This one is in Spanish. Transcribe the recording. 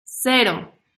cero